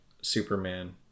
superman